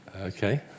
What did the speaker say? Okay